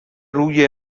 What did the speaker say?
روی